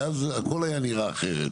הכול היה נראה אחרת.